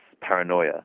paranoia